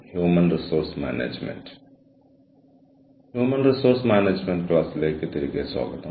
human resource management ക്ലാസിലേക്ക് തിരികെ സ്വാഗതം